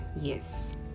yes